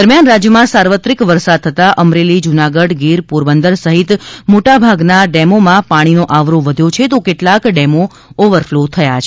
દરમિયાન રાજ્યમાં સાર્વત્રિક વરસાદ થતાં અમરેલી જૂનાગઢ ગીર પોરબંદર સહિત મોટાભાગના ડેમોમાં પાણીનો આવરો વધ્યો છે તો કેટલાંક ડેમો ઓવરફ્લો થયા છે